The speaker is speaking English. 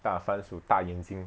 大番薯大眼睛